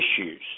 issues